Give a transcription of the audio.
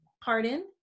pardon